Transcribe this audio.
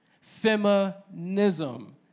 feminism